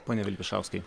pone vilpišauskai